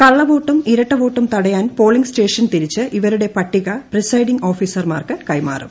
കള്ളവോട്ടും ഇരട്ട വോട്ടും തടയാൻ പോളിങ് സ്റ്റേഷൻ തിരിച്ച് ഇവരുടെ പട്ടിക പ്രിസൈഡിങ് ഓഫീസർമാർക്ക് കൈമാറും